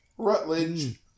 Rutledge